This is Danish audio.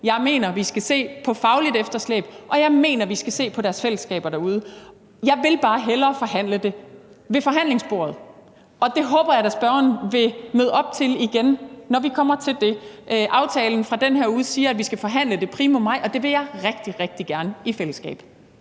jeg mener, at vi skal se på fagligt efterslæb; og jeg mener, at vi skal se på deres fællesskaber derude. Jeg vil bare hellere forhandle det ved forhandlingsbordet, og det håber jeg da at spørgeren vil møde op til igen, når vi kommer til det. Aftalen fra den her uge siger, at vi skal forhandle det primo maj, og det vil jeg rigtig, rigtig gerne i fællesskab.